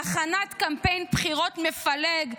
להכנת קמפיין בחירות מפלג,